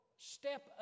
step